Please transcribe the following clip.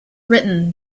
written